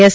S